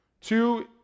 Two